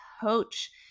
coach